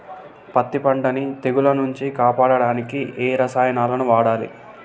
పత్తి పంటని తెగుల నుంచి కాపాడడానికి ఏ రసాయనాలను వాడాలి?